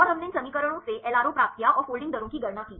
और हमने इन समीकरणों से एलआरओ प्राप्त किया और फोल्डिंग दरों की गणना की